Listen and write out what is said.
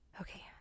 Okay